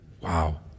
Wow